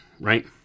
right